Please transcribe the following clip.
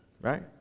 right